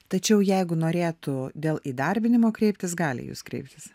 tačiau jeigu norėtų dėl įdarbinimo kreiptis gali jus kreiptis